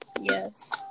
Yes